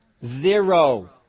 Zero